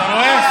תראה,